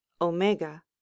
omega